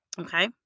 Okay